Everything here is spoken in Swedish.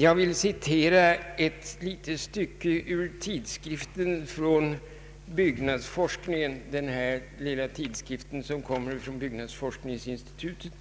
Jag vill citera ett litet stycke ur tidskriften från byggnadsforskningsinstitutet: